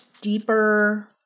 deeper